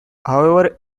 however